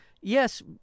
Yes